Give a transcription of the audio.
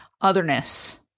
Otherness